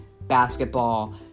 basketball